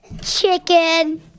Chicken